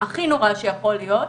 הכי נורא שיכול להיות,